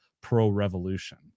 pro-revolution